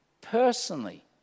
personally